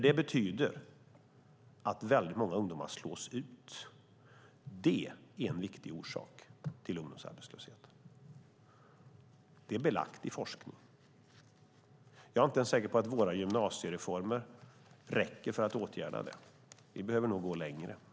Det betyder att väldigt många ungdomar slås ut. Det är en viktig orsak till ungdomsarbetslösheten. Det är belagt i forskningen. Jag är inte ens säker på att våra gymnasiereformer räcker för att åtgärda det. Vi behöver nog gå längre.